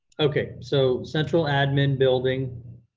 okay, so central admin building.